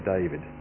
David